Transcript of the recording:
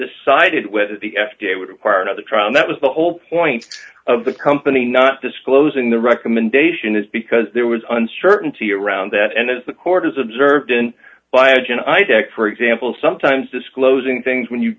decided whether the f d a would part of the trial and that was the whole point of the company not disclosing the recommendation is because there was uncertainty around that and as the court has observed in biogen idec for example sometimes disclosing things when you